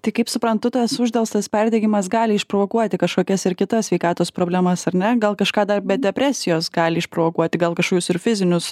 tai kaip suprantu tas uždelstas perdegimas gali išprovokuoti kažkokias ir kitas sveikatos problemas ar ne gal kažką dar be depresijos gali išprovokuoti gal kažkokius ir fizinius